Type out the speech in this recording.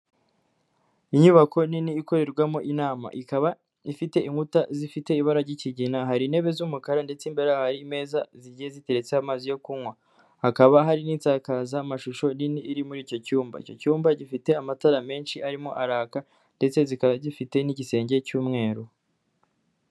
Inyubako nini ikorerwamo inama ikaba ifite inkuta zifite ibara ry'ikigina, hari intebe z'umukara ndetse imbere yaho hari imeza zigiye ziteretseho amazi yo kunywa, hakaba hari n'insakazamashusho nini iri muri icyo cyumba, icyo cyumba gifite amatara menshi arimo araka ndetse kikaba gifite n'igisenge cy'umweru.